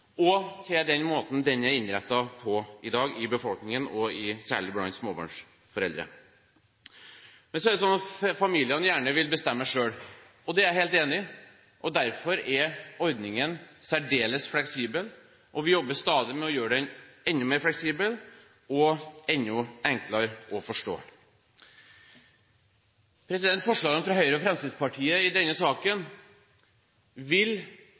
og til den måten den er innrettet på i dag. Men så er det slik at familiene gjerne vil bestemme selv, og det er jeg helt enig i. Derfor er ordningen særdeles fleksibel, og vi jobber stadig med å gjøre den enda mer fleksibel og enda enklere å forstå. Forslagene fra Høyre og Fremskrittspartiet i denne saken vil